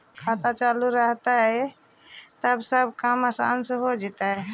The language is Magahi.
खाता चालु रहतैय तब सब काम आसान से हो जैतैय?